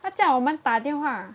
他叫我们打电话